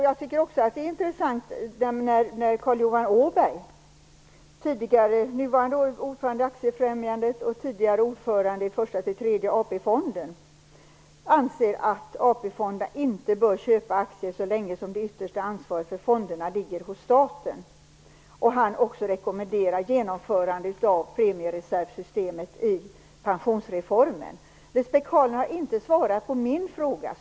Jag tycker också att det är intressant när Carl Johan Åberg, nuvarande ordförande i Aktiefrämjandet och tidigare ordförande i första-tredje AP-fonden, anser att AP-fonderna inte bör köpa aktier så länge som det yttersta ansvaret för fonderna ligger hos staten. Han rekommenderar också genomförande av premiereservsystemet i pensionsreformen. Lisbet Calner har inte svarat på min fråga.